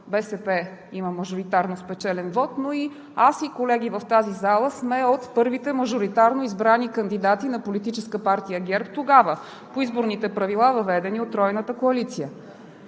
БСП има мажоритарно спечелен вот, но аз и колеги в тази зала сме от първите мажоритарно избрани кандидати на Политическа партия ГЕРБ тогава по изборните правила, въведени от Тройната коалиция.